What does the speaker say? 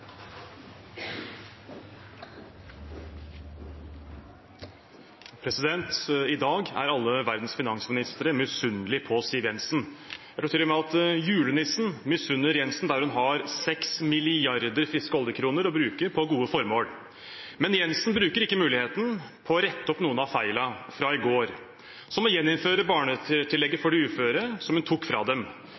alle verdens finansministre misunnelig på Siv Jensen. Jeg tror til og med at julenissen misunner Jensen de 6 milliarder friske oljekronene hun har å bruke på gode formål. Men Jensen bruker ikke muligheten til å rette opp noen av feilene fra i går, som å gjeninnføre barnetillegget for de uføre, som hun tok fra dem,